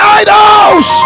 idols